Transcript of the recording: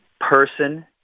person